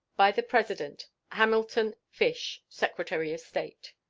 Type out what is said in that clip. by the president hamilton fish, secretary of state.